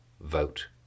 vote